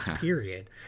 period